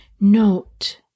Note